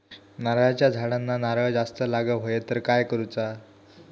नारळाच्या झाडांना नारळ जास्त लागा व्हाये तर काय करूचा?